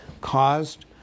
caused